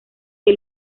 que